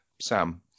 Sam